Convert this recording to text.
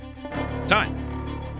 Time